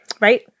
Right